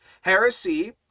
Heresy